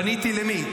פניתי למי?